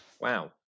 Wow